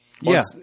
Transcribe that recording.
Yes